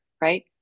right